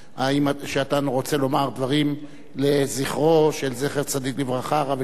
אתה רוצה לומר דברים לזכרו של זכר צדיק לברכה הרב אלישיב.